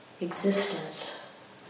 existence